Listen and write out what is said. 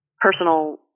personal